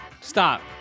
stop